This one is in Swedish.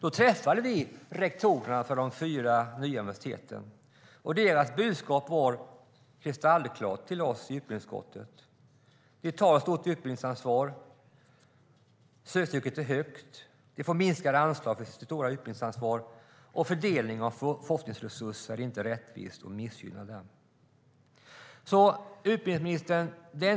Då träffade vi rektorerna för de fyra nya universiteten. Deras budskap till oss i utbildningsutskottet var kristallklart. De tar ett stort utbildningsansvar och söktrycket är högt, men de får minskade anslag för sitt stora utbildningsansvar. Fördelningen av forskningsresurser är inte rättvis utan missgynnar dem. Utbildningsministern!